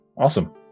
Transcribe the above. awesome